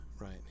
Right